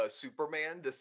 Superman